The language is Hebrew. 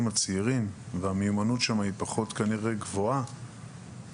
הצעירים והמיומנות שם פחות גבוהה כנראה,